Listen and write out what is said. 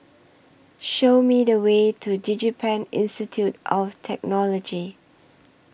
Show Me The Way to Digipen Institute of Technology